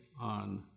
on